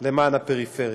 למען הפריפריה.